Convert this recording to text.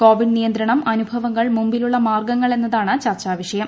Covid നിയന്ത്രണം അനുഭവങ്ങൾ മുമ്പിലുള്ള മാർഗ്ഗങ്ങൾ എന്നതാണ് ചർച്ചാ വിഷയം